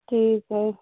ٹھیک ہے